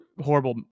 horrible